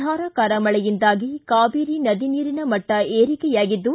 ಧಾರಾಕಾರ ಮಳೆಯಿಂದಾಗಿ ಕಾವೇರಿ ನದಿ ನೀರಿನ ಮಟ್ಟ ಏರಿಕೆಯಾಗಿದ್ದು